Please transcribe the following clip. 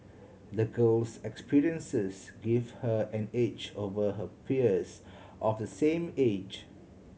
the girl's experiences gave her an edge over her peers of the same age